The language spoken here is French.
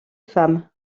femmes